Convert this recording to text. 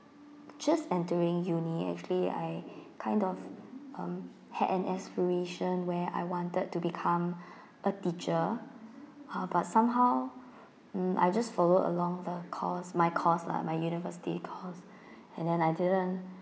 just entering uni actually I kind of um had an aspiration where I wanted to become a teacher ha but somehow mm I just follow along the course my course lah my university course and then I didn't